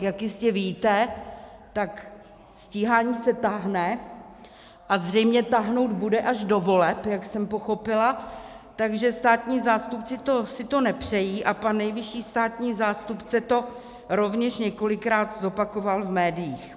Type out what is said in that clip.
Jak jistě víte, tak stíhání se táhne a zřejmě táhnout bude až do voleb, jak jsem pochopila, takže státní zástupci si to nepřejí a pan nejvyšší státní zástupce to rovněž několikrát zopakoval v médiích.